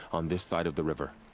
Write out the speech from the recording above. on this side of the river.